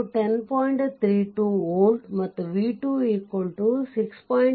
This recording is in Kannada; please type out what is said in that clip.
32 volt ಮತ್ತು v2 6